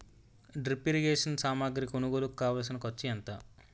drip irrigation సామాగ్రి కొనుగోలుకు కావాల్సిన ఖర్చు ఎంత